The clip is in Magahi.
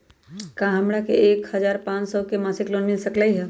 का हमरा के एक हजार पाँच सौ के मासिक लोन मिल सकलई ह?